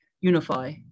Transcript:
unify